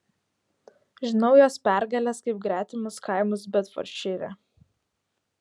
žinau jos pergales kaip gretimus kaimus bedfordšyre